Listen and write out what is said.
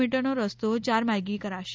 મીનો રસ્તો યાર માર્ગી કરાશે